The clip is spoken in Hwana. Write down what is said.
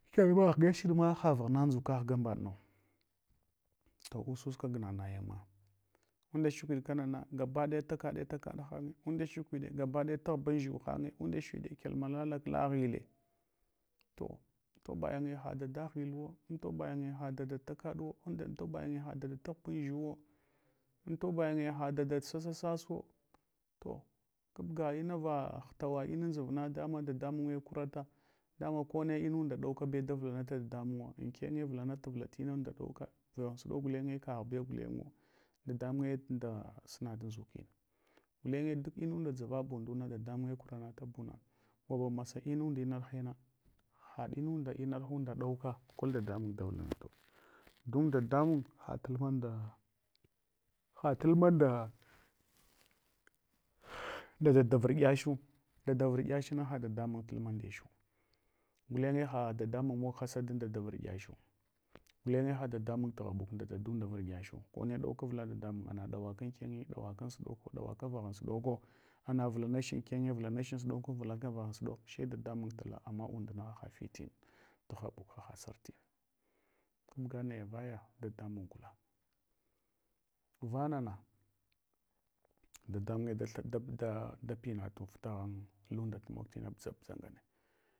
Kyalma ghgashiɗma havaghna nʒuka ghgambaɗnu. To usus kagnanayima. Unda shakwiɗ kanana gabaɗaya takade taka hanye. Unda shakwede gabaɗaya taghbandʒu hanye unda shiɗe kyalma lalak laghile. To to ghgaymye hadada laguluwo antobayinye hadada takaɗuwo, antobayin hadada, tudʒuwowo antobayinye hadada sasasasuwo. To kabga mava htawa inan dʒuvna dama dadamunye kurata, dama kone imunda ɗaukabe da vulata dadamunwa, ankene vutanata vula munda ɗauka, voghan suɗok gulenye kagh bew gulenngu. Daɗamu ye nda sunata ndʒukine. Fulenye duk munda dʒavab unduna dadamuye karanatabuna. Gwamasa inundar hena, hanunda inarhunda ɗauka kol dadamun davulanatau. Don dadamun ha talma nda, hatnlma nda nda dada virdyachu. Aada vurdyachna hadadamun tulma ndechu gulenye ha dadamun mog hasada ambada vurdyachu gulenye hadadamun tughabuk nda da dunda vurdyachu. Kone ɗauka avla dadamun na ɗauwaka ankene ɗawaka ansuɗoko, dawaka vughon suɗako. Ana vulanach ankene, vulanach ansuɗoko vulanach voghan suɗok she dadamun pla, ama undna hafitino bugha bugha han santu kabga naya vaya dadamun gula. Vanana dadamunye da thad dashadata dapyana tur tughan alunda tu mog timund budʒ buʒa ngane.